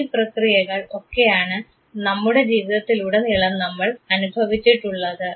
ഈ പ്രക്രിയകൾ ഒക്കെയാണ് നമ്മുടെ ജീവിതത്തിലുടനീളം നമ്മൾ അനുഭവിച്ചിട്ടുള്ളത്